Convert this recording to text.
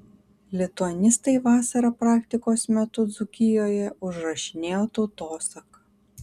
lituanistai vasarą praktikos metu dzūkijoje užrašinėjo tautosaką